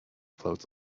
floats